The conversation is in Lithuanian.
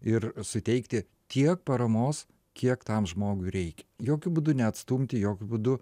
ir suteikti tiek paramos kiek tam žmogui reikia jokiu būdu neatstumti jokiu būdu